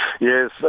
Yes